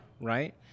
Right